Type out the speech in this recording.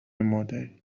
مادری